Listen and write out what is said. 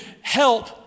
help